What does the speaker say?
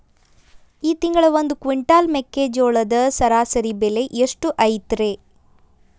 ಈ ತಿಂಗಳ ಒಂದು ಕ್ವಿಂಟಾಲ್ ಮೆಕ್ಕೆಜೋಳದ ಸರಾಸರಿ ಬೆಲೆ ಎಷ್ಟು ಐತರೇ?